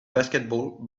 basketball